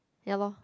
ya lor